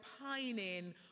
pining